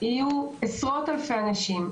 יהיו עשרות אלפי אנשים,